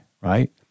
right